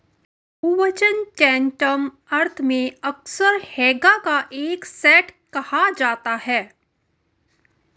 बहुवचन टैंटम अर्थ में अक्सर हैगा का एक सेट कहा जाता है